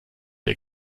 der